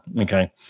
Okay